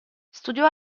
studiò